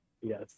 yes